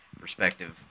perspective